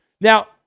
Now